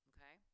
Okay